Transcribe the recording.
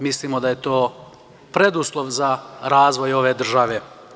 Mislimo da je to preduslov za razvoj ove države.